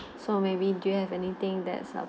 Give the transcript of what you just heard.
so maybe do you have anything that's ah